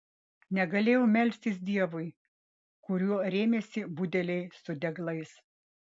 negalėjau melstis dievui kuriuo rėmėsi budeliai su deglais